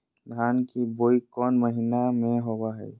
धान की बोई कौन महीना में होबो हाय?